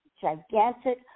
gigantic